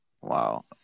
Wow